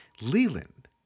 Leland